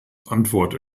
antwort